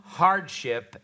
hardship